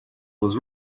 was